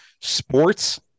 sports